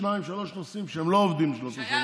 בשניים-שלושה נושאים שהם לא עובדים בשביל התושבים.